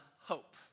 hope